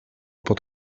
pod